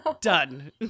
Done